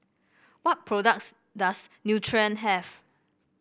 what products does Nutren have